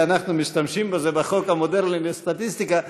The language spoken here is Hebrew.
ואנחנו משתמשים בזה בחוק המודרני לסטטיסטיקה,